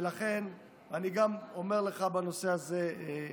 ולכן, אני גם אומר לך בנושא הזה,